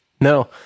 No